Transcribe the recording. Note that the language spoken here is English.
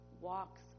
walks